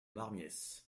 marmiesse